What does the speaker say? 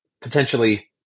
potentially